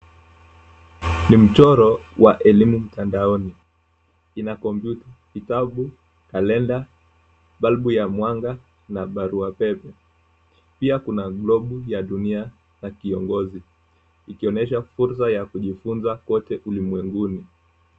Ni mchoro wa elimu mtandaoni, ina kompyuta, vitabu, kalenda, bulb ya mwanga, na barua pepe. Pia kuna globu ya dunia na kiongozi, ikionyesha fursa ya kujifunza kwote ulimwenguni.